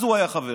אז הוא היה חבר,